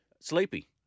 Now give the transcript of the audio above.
Sleepy